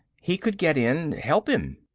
he could get in, help him.